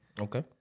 Okay